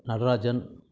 Natarajan